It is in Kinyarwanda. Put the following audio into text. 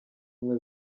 ubumwe